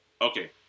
Okay